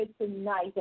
tonight